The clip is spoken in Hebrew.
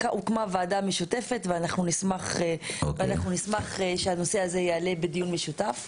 הוקמה ועדה משותפת ואנחנו נשמח שהנושא הזה יעלה בדיון משותף.